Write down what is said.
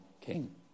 King